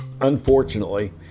Unfortunately